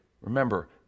Remember